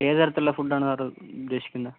ഏതു തരത്തിലുള്ള ഫുഡാണ് സാർ ഉദ്ദേശിക്കുന്നത്